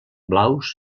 blaus